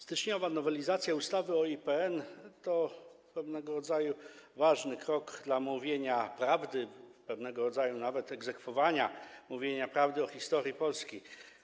Styczniowa nowelizacja ustawy o IPN to pewnego rodzaju ważny krok w mówieniu prawdy, pewnego rodzaju nawet egzekwowaniu mówienia prawdy o historii Polski.